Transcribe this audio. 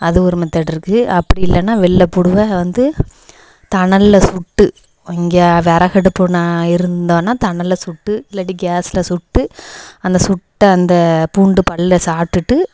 அது ஒரு மெத்தெட் இருக்குது அப்படி இல்லைன்னா வெள்ளைப்புடுவ வந்து தணலில் சுட்டு இங்கே விறகடுப்பு நான் இருந்தோன்னால் தணலில் சுட்டு இல்லாட்டி கேஸில் சுட்டு அந்த சுட்ட அந்த பூண்டுப்பல்லை சாப்பிட்டுட்டு